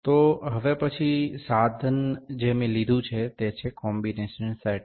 તો હવે પછી સાધન જે મેં લીધું છે તે છે કોમ્બિનેશન સેટ